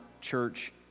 church